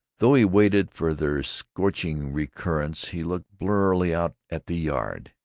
though he waited for their scorching recurrence, he looked blurrily out at the yard.